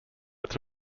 its